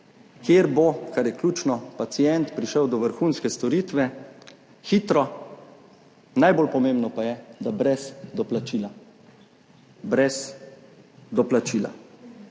kjer bo, kar je ključno, pacient prišel do vrhunske storitve hitro, najbolj pomembno pa je, da brez doplačila. Brez doplačila.